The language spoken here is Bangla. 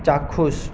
চাক্ষুষ